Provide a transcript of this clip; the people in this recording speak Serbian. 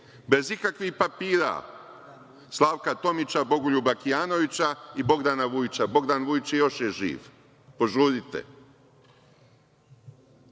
bez ikakvih papira, Slavka Tomića, Bogoljuba Kijanovića i Bogdana Vujića. Bogdan Vujić još je živ, požurite.